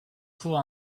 cour